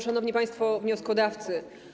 Szanowni Państwo Wnioskodawcy!